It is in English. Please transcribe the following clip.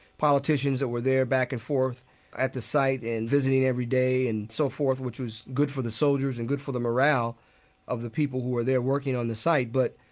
politicians that were there back and forth at the site and visiting every day and so forth, which was good for the soldiers and good for the morale of the people who were there working on the site. but,